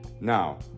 Now